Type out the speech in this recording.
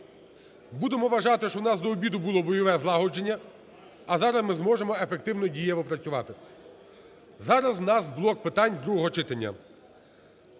Будемо вважати, що у нас до обіду було бойове злагодження, а зараз ми зможемо ефективно і дієво працювати. Зараз у нас блок питань другого читання,